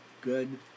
good